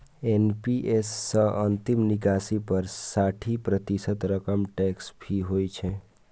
NPS सं अंतिम निकासी पर साठि प्रतिशत रकम टैक्स फ्री होइ छै